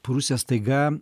prūsija staiga